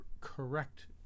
correct